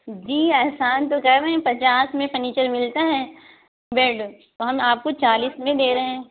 جی احسان تو کر رہے ہیں پچاس میں فرنیچر ملتا ہے بیڈ تو ہم آپ کو چالیس میں دے رہے ہیں